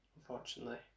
unfortunately